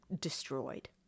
destroyed